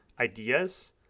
ideas